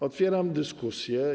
Otwieram dyskusję.